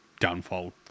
downfall